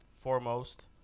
foremost